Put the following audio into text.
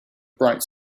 bright